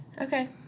Okay